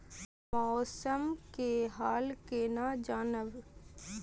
मौसम के हाल केना जानब?